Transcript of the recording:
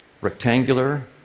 rectangular